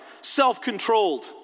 self-controlled